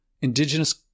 indigenous